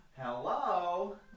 Hello